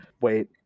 wait